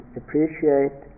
appreciate